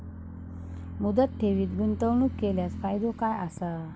मुदत ठेवीत गुंतवणूक केल्यास फायदो काय आसा?